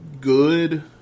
good